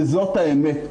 וזאת האמת,